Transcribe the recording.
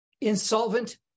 insolvent